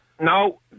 no